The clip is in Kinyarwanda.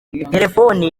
telefoni